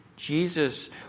Jesus